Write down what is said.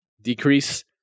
decrease